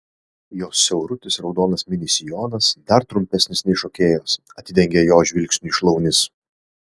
jos siaurutis raudonas mini sijonas dar trumpesnis nei šokėjos atidengia jo žvilgsniui šlaunis